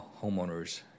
homeowners